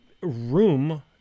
room